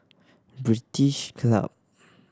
British Club